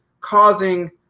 causing